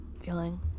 feeling